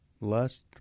lust